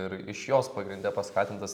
ir iš jos pagrinde paskatintas